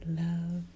love